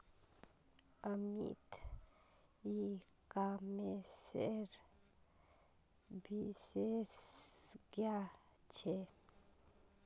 अमित ई कॉमर्सेर विशेषज्ञ छे